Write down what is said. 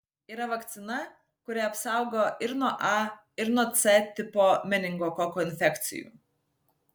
yra vakcina kuri apsaugo ir nuo a ir nuo c tipo meningokoko infekcijų